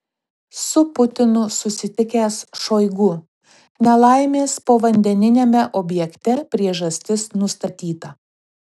su putinu susitikęs šoigu nelaimės povandeniniame objekte priežastis nustatyta